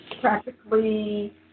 Practically